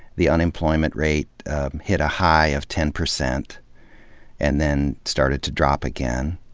the unemployment rate hit a high of ten percent and then started to drop again.